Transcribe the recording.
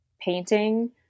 painting